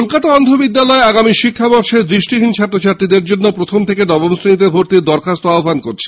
কলকাতা অন্ধ বিদ্যালয় আগামী শিক্ষাবর্ষে দৃষ্টিহীন ছাত্র ছাত্রীদের জন্য প্রথম থেকে নবম শ্রেণীতে ভর্তির দরখাস্ত আহ্বান করছে